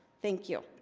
thank you